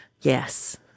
Yes